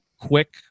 quick